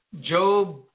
Job